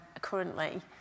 currently